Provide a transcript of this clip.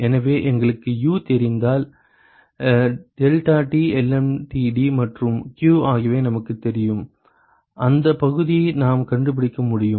எனவே எங்களுக்கு U தெரிந்தால் deltaTlmtd மற்றும் q ஆகியவை நமக்குத் தெரியும் அந்த பகுதியை நாம் கண்டுபிடிக்க முடியும்